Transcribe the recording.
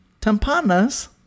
tampanas